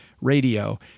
radio